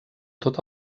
tot